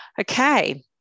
Okay